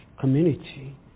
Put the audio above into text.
community